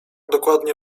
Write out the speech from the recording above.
dokładnie